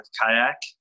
kayak